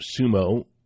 Sumo